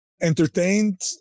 entertained